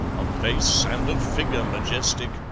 of face and of figure majestic,